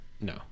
No